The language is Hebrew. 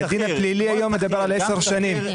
הדין הפלילי היום מדבר על עשר שנים,